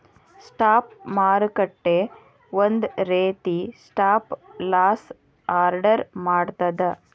stop ಮಾರುಕಟ್ಟೆ ಒಂದ ರೇತಿ ಸ್ಟಾಪ್ ಲಾಸ್ ಆರ್ಡರ್ ಮಾಡ್ತದ